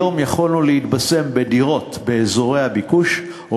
היום יכולנו להתבשם בדירות באזורי הביקוש או